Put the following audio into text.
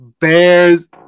Bears